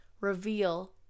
reveal